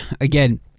Again